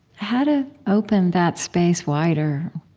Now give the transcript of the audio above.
how to open that space wider